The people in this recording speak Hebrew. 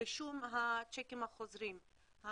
רישום הצ'קים החוזרים,